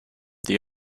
the